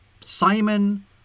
Simon